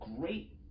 great